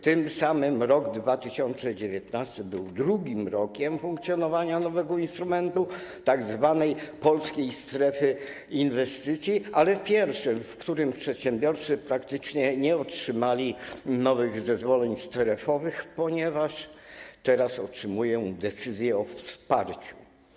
Tym samym rok 2019 był drugim rokiem funkcjonowania nowego instrumentu, tzw. Polskiej Strefy Inwestycji, ale pierwszym, w którym przedsiębiorcy praktycznie nie otrzymali nowych zezwoleń strefowych, ponieważ teraz otrzymują decyzje o wsparciu.